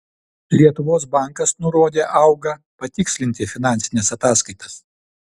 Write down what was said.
lietuvos bankas nurodė auga patikslinti finansines ataskaitas